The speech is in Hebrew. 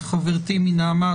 חברתי מנעמ"ת,